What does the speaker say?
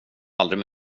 aldrig